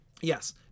yes